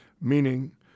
meaning